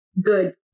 good